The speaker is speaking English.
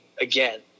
again